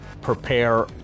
prepare